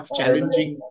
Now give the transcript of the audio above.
challenging